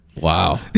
Wow